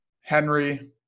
Henry